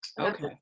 Okay